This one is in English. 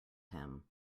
him